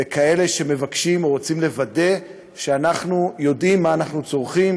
וכאלה שמבקשות או רוצות לוודא שאנחנו יודעים מה אנחנו צורכים,